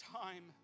time